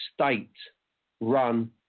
state-run